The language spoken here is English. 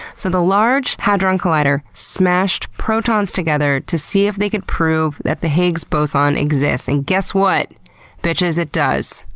so the large hadron collider smashed protons together to see if they could prove that the higgs boson exists, and guess what bitches? it does.